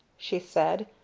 she said,